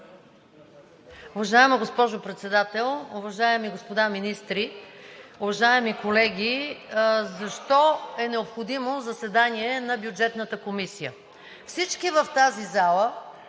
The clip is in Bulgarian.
Уважаема госпожо Председател, уважаеми господа министри, уважаеми колеги! Защо е необходимо заседание на Бюджетната комисия? Всички в тази зала